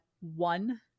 one